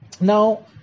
Now